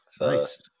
nice